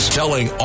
telling